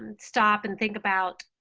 and stop and think about,